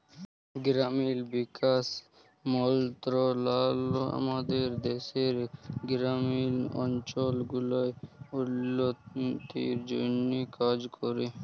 গেরামিল বিকাশ মলত্রলালয় আমাদের দ্যাশের গেরামিল অলচল গুলার উল্ল্য তির জ্যনহে কাজ ক্যরে